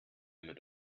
mit